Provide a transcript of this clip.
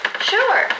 Sure